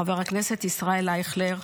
חבר הכנסת ישראל אייכלר,